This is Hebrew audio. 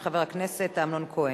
של חבר הכנסת אמנון כהן.